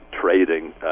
trading